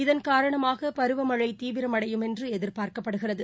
இதன் காரணமாக பருவ மழை தீவிரம் அடையும் என்று எதிர்பார்க்கப்படுகிறது